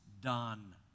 done